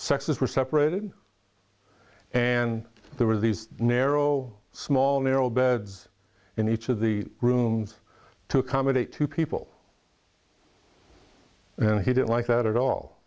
sexes were separated and there were these narrow small narrow beds in each of the rooms to accommodate two people and he didn't like that at all